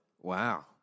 Wow